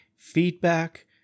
feedback